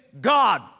God